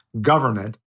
government